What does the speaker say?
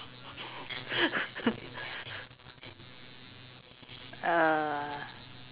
err